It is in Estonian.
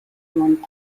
omanik